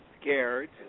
scared